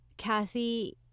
Kathy